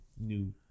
new